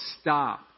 stop